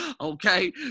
okay